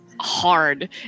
hard